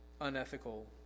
unethical